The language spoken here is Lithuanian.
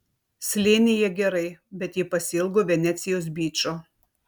slėnyje gerai bet ji pasiilgo venecijos byčo